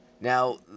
Now